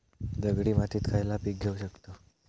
दगडी मातीत खयला पीक घेव शकताव?